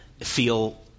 feel